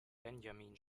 benjamin